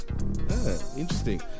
interesting